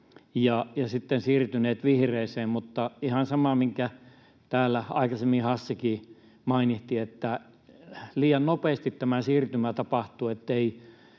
ja sitten siirtyneet vihreään, mutta ihan sama, minkä täällä aikaisemmin Hassikin mainitsi, että liian nopeasti tämä siirtymä tapahtuu,